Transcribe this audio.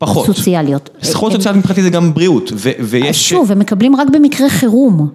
פחות, סוציאליות, זכות יוצאה מבחינתי זה גם בריאות ויש שוב ומקבלים רק במקרה חירום